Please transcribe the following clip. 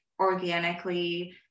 organically